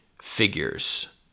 figures